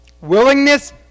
willingness